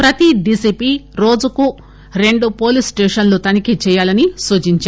ప్రతి డీసీపీ రోజుకు రెండు పోలీసు స్టేషన్లు తనిఖీ చేయాలని సూచించారు